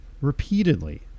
repeatedly